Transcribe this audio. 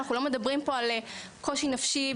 אנחנו לא מדברים על קושי נפשי